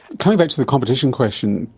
coming back to the competition question,